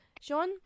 Sean